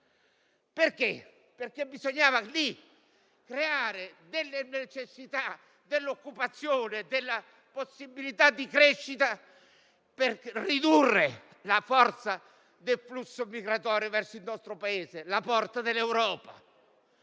autostrada. Bisognava creare lì infatti necessità di occupazione e possibilità di crescita per ridurre la forza del flusso migratorio verso il nostro Paese, la porta dell'Europa.